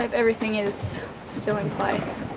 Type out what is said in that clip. um everything is still in place